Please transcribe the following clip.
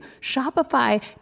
Shopify